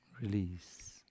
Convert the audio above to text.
release